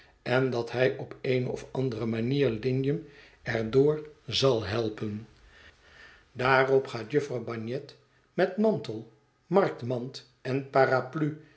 en dat hij op eene of andere manier lignum er door zal helpen daarop gaat jufvrouw bagnet met mantel marktmand en paraplu